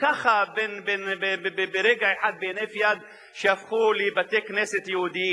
ככה ברגע אחד, בהינף יד, שהפכו לבתי-כנסת יהודיים.